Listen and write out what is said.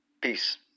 Peace